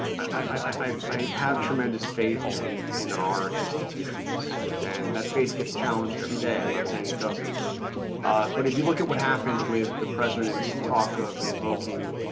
have tremendous faith in in our institutions and that faith gets challenged every day. i'm not saying it doesn't but if you look at what happened with the president's talk of invoking